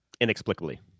inexplicably